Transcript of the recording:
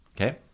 Okay